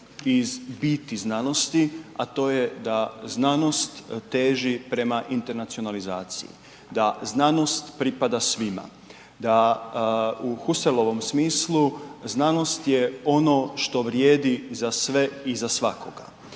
iz biti znanosti, a to je da znanost teži prema internacionalizaciji, da znanost pripada svima, da u Husserlovom smislu znanost je ono što vrijedi za sve i za svakoga.